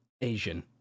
Asian